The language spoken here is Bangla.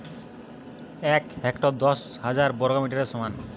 এক হেক্টর দশ হাজার বর্গমিটারের সমান